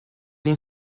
این